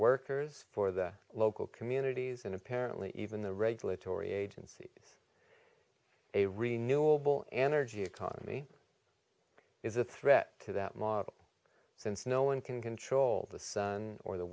workers for the local communities and apparently even the regulatory agency a renewable energy economy is a threat to that model since no one can control the sun or the